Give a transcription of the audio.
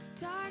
Dark